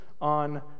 on